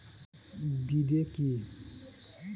বিদে কি?